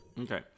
Okay